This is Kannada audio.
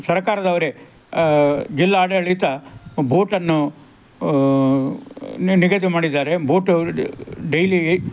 ಸರಕಾರದವರೇ ಜಿಲ್ಲಾಡಳಿತ ಬೋಟನ್ನು ನ ನಿಗದಿ ಮಾಡಿದ್ದಾರೆ ಬೋಟವರು ಡೈಲಿ